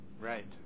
Right